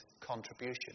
contribution